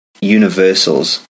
universals